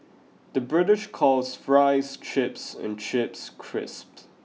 the British calls fries chips and chips crisps